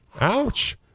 Ouch